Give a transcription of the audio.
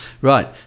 Right